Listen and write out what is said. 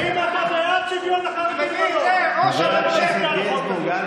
איתן, קודם תשמור על